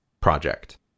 project